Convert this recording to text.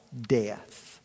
death